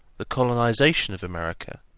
the colonisation of america,